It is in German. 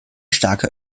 starke